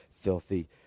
filthy